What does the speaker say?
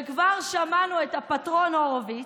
וכבר שמענו את הפטרון הורוביץ,